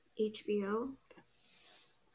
HBO